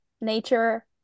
nature